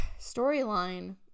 storyline